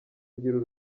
agira